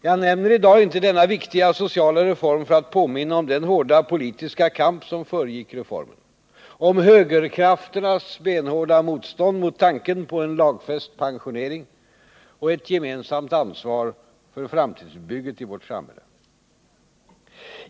| Jag nämner i dag inte denna viktiga sociala reform för att påminna om den hårda politiska kamp som föregick reformen, om högerkrafternas benhårda motstånd mot tanken på en lagfäst pensionering och ett gemensamt ansvar för framtidsbygget i vårt samhälle.